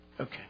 Okay